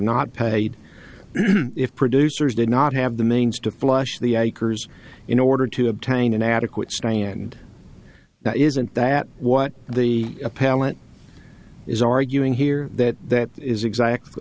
not paid if producers did not have the means to flush the acres in order to obtain an adequate stand that isn't that what the appellant is arguing here that that is exactly